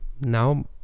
now